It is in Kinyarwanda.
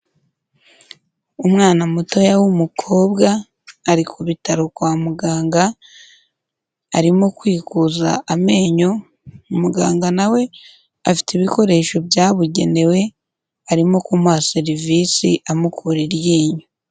Umwana muto w'umukobwa ari ku bitaro kwa muganga arimo kwikuza amenyo muganga na we afite ibikoresho byabugenewe arimo kumuha serivisi amukura iryinyo.